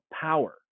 power